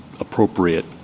appropriate